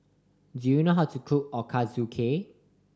do you know how to cook Ochazuke